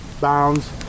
bounds